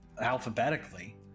alphabetically